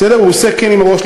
הוא עושה "כן" עם הראש,